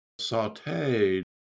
sauteed